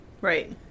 Right